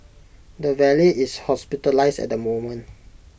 the valet is hospitalised at the moment